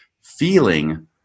feeling